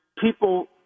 people